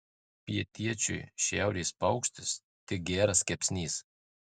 pietiečiui šiaurės paukštis tik geras kepsnys